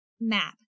map